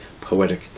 poetic